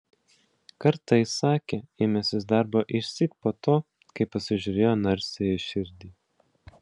kartą jis sakė ėmęsis darbo išsyk po to kai pasižiūrėjo narsiąją širdį